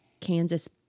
Kansas